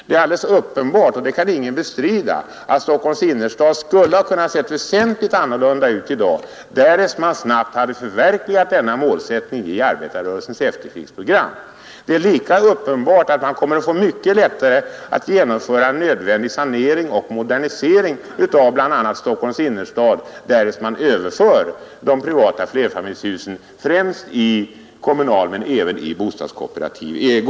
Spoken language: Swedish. Det är alldeles uppenbart — det kan ingen bestrida — att Stockholms innerstad skulle ha kunnat se väsentligt annorlunda ut i dag därest man snabbt hade förverkligat denna målsättning i arbetarrörelsens efterkrigsprogram. Det är lika uppenbart att man kommer att få mycket lättare att genomföra nödvändig sanering och modernisering av Stockholms innerstad därest man överför de privata flerfamiljshusen främst i kommunal men även i bostadskooperativ ägo.